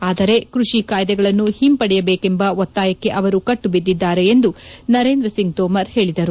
ಆದರೆ ಕ್ಪಡಿ ಕಾಯ್ದೆಗಳನ್ನು ಹಿಂಪಡೆಯಬೇಕೆಂಬ ಒತ್ತಾಯಕ್ಕೆ ಅವರು ಕಟ್ಟು ಬಿದ್ದಿದ್ದಾರೆ ಎಂದು ನರೇಂದ್ರಸಿಂಗ್ ತೋಮರ್ ಹೇಳಿದರು